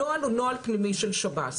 הנוהל הוא נוהל פנימי של שירות בתי הסוהר.